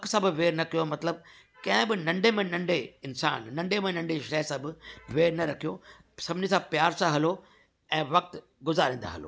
कखु सां बि वेर न कयो मतिलब कंहिं बि नंढे में नंढे इन्सानु नंढे में नंढे शइ सां बि वेर न रखियो सभिनी सां प्यार सां हलो ऐं वक़्तु गुज़ारींदा हलो